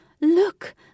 Look